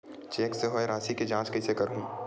Cheque से होए राशि के जांच कइसे करहु?